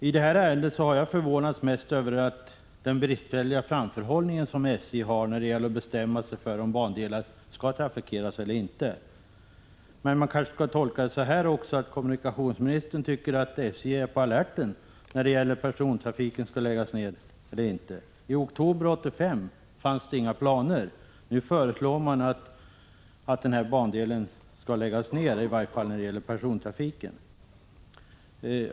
I det här ärendet har jag förvånats mest över den bristfälliga framförhållning som SJ har när det gäller att bestämma sig för om bandelar skall trafikeras eller inte. Men man kanske skall tolka det så, att kommunikationsministern tycker att SJ är på alerten när det gäller frågan, om persontrafiken skall läggas ned eller inte. I oktober 1985 fanns det här inga sådana planer. Nu föreslår man att bandelen skall läggas ned, i varje fall när det gäller persontrafiken.